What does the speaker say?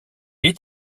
est